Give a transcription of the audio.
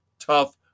tough